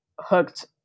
hooked